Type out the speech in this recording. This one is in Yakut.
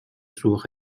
суох